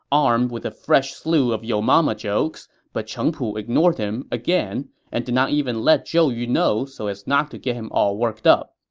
armed with a fresh slew of yo mama jokes, but cheng pu ignored him again and did not even let zhou yu know so as not to get him all worked up.